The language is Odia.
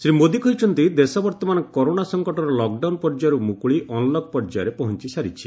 ଶ୍ରୀ ମୋଦୀ କହିଛନ୍ତି ଦେଶ ବର୍ତ୍ତମାନ କରୋନା ସଫକଟର ଲକଡାଉନ ପର୍ଯ୍ୟାୟରୁ ମୁକୁଳି ଅନ୍ଲକ ପର୍ଯ୍ୟାୟରେ ପହଞ୍ଚ ସାରିଛି